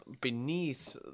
beneath